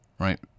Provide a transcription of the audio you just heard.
right